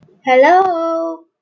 Hello